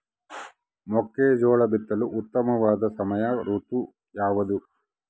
ಮೆಕ್ಕೆಜೋಳ ಬಿತ್ತಲು ಉತ್ತಮವಾದ ಸಮಯ ಋತು ಯಾವುದು?